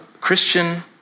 Christian